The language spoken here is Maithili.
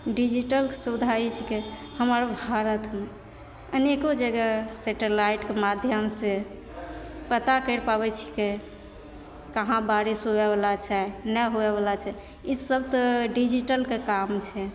डिजीटलके सुबिधा ई छिकै हमर भारतमे अनेको जगह सेटेलाइटके माध्यमसे पता करि पाबै छिकै कहाँ बारिश हुएबला छै नहि हुएबला छै ई सब तऽ डिजीटलके काम छै